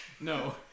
No